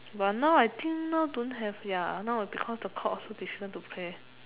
but now I think now don't have ya now because the court also difficult to play